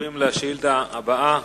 עוברים לשאילתא הבאה,